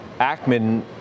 Ackman